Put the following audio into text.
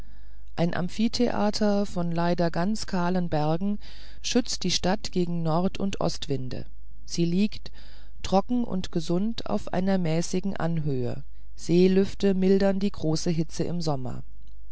ein amphitheater von leider ganz kahlen bergen schützt die stadt gegen nord und ostwinde sie liegt trocken und gesund auf einer mäßigen anhöhe seelüfte mildern die zu große hitze im sommer